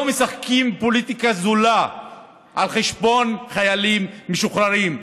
לא משחקים פוליטיקה זולה על חשבון חיילים משוחררים,